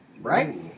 Right